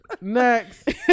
Next